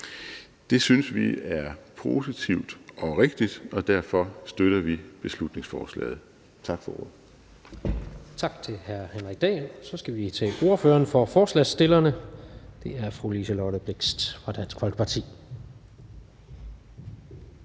Det synes vi er positivt og rigtigt, og derfor støtter vi beslutningsforslaget. Tak for ordet. Kl. 13:28 Tredje næstformand (Jens Rohde): Tak til hr. Henrik Dahl. Så skal vi til ordføreren for forslagsstillerne, og det er fru Liselott Blixt fra Dansk Folkeparti.